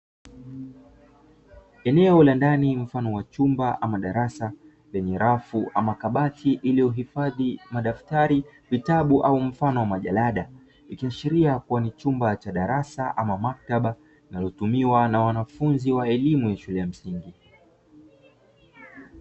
Eneo la ndani mfano wa chumba au darasa lenye rafu ama kabati lililohifadhi madftari, vitabu au mfano wa majalada ikiashiria kuwa ni chumba cha darasa ama maktaba inayotumiwa na wanafunzi wa shule ya msingi.